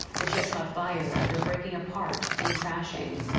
the jet caught fire after breaking apart and crashing.